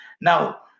Now